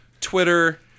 Twitter